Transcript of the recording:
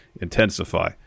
intensify